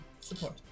support